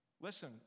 Listen